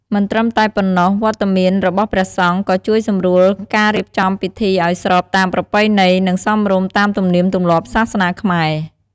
មិនត្រឹមតែប៉ុណ្ណោះ វត្តមានរបស់ព្រះសង្ឃក៏ជួយសម្រួលការរៀបចំពិធីឲ្យស្របតាមប្រពៃណី និង សមរម្យតាមទំនៀមទម្លាប់សាសនាខ្មែរ។